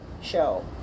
show